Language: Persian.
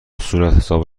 صورتحساب